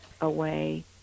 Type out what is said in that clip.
away